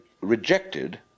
rejected